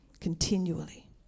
continually